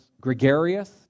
Gregarious